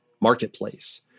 marketplace